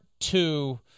Two